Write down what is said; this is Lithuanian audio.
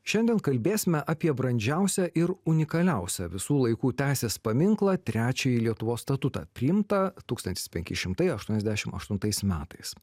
šiandien kalbėsime apie brandžiausią ir unikaliausią visų laikų teisės paminklą trečiąjį lietuvos statutą priimtą tūkstantis penki šimtai aštuoniasdešim aštuntais metais